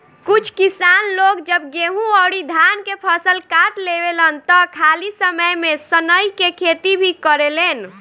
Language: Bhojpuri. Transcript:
कुछ किसान लोग जब गेंहू अउरी धान के फसल काट लेवेलन त खाली समय में सनइ के खेती भी करेलेन